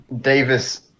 Davis